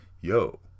yo